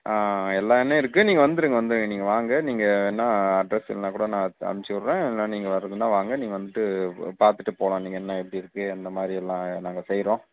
ஆ எல்லா எண்ணெயும் இருக்குது நீங்கள் வந்துடுங்க வந்துடுங்க நீங்கள் வாங்க நீங்கள் வேணா அட்ரெஸ் இல்லைன்னா கூட நான் எடுத்து அனுப்ச்சு விடறேன் இல்லை நீங்கள் வர்றதுன்னா வாங்க நீங்கள் வந்துட்டு இப்போ பார்த்துட்டுப் போகலாம் நீங்கள் எண்ணெய் எப்படி இருக்குது எந்த மாதிரியெல்லாம் நாங்கள் செய்கிறோம்